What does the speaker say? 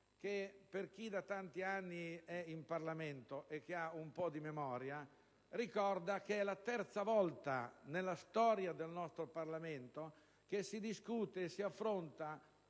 in quanto da tanti anni in Parlamento e con un recupero di memoria, che è la terza volta nella storia del nostro Parlamento che si discute e si affronta